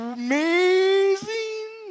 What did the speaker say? amazing